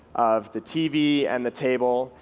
of the tv and the table,